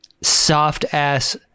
soft-ass